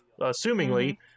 assumingly